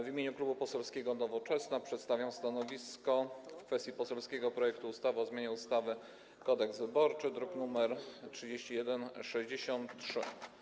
W imieniu Klubu Poselskiego Nowoczesna przedstawiam stanowisko w kwestii poselskiego projektu ustawy o zmianie ustawy Kodeks wyborczy, druk nr 3163.